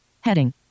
Heading